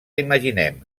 imaginem